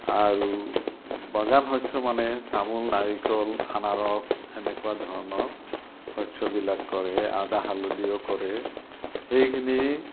আৰু বাগান শস্য মানে তামোল নাৰিকল আনাৰস এনেকুৱা ধৰণৰ শস্যবিলাক কৰে আদা হালধিও কৰে সেইখিনি